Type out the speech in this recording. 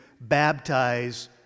baptize